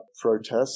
protests